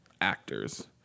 actors